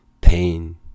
pain